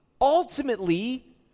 Ultimately